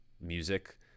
music